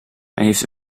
heeft